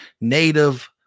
native